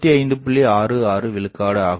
66 விழுக்காடு ஆகும்